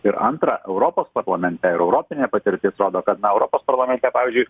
ir antra europos parlamente ir europinė patirtis rodo kad na europos parlamente pavyzdžiui